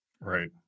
Right